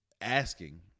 asking